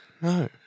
No